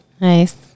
Nice